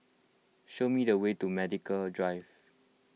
show me the way to Medical Drive